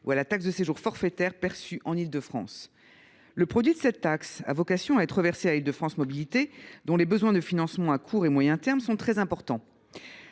ou à la taxe de séjour forfaitaire perçue en Île de France. Le produit de cette taxe a vocation à être reversé à Île de France Mobilités, dont les besoins de financement à court et à moyen termes sont très importants.